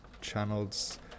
channels